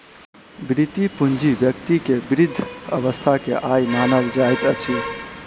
वृति पूंजी व्यक्ति के वृद्ध अवस्था के आय मानल जाइत अछि